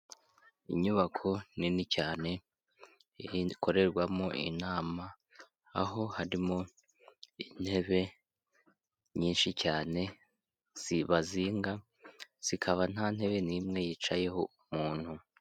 Inyubako nini cyane ikorerwamo inama, aho harimo intebe nyinshi cyane bazinga, zikaba nta ntebe n'imwe yicayeho umuntu.